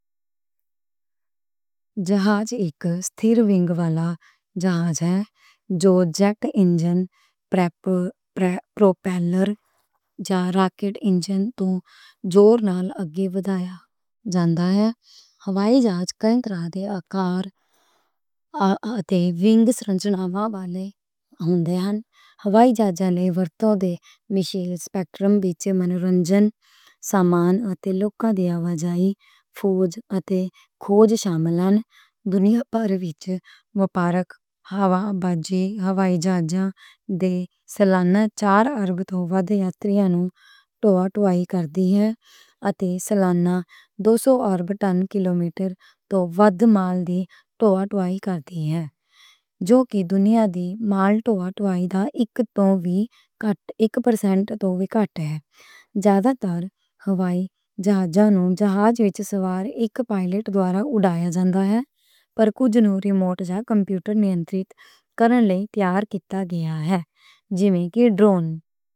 جہاز اک ستھر وِنگ والا جہاز ہے، جو جیٹ انجن، پروپیلر یا راکٹ انجن توں زور نال اگے ودھایا جاندا ہے۔ ہوائی جہاز کئی طرح آں دے آکار اتے وِنگ سرنجنامہ والے ہوندے ہن۔ ہوائی جہاز نے ورتوں دے مشیل سپیکٹرم وچ منورنجن، سامان اتے لوکاں دی آوازائی، فوج اتے کھوج شامل ہن، دنیا بھر وچ وپارک ہوابازی، ہوائی جہازاں دے سالانہ چار ارب توں ودھ یاتریاں نوں ٹرانسپورٹ کر دیاں ہن۔ اتے سالانہ دو سو ارب ٹن-کلومیٹر توں ودھ مال دے ٹرانسپورٹ کر دیاں ہن۔ جو کہ دنیا دے مال ٹرانسپورٹ دا اک پرسینٹ توں وی گھٹ ہے۔ زیادہ تر ہوائی جہاز نوں جہاز وچ سوار اک پائلٹ دوارہ اڈایا جاندا ہے، پر کچھ نوں ریموٹ کنٹرول۔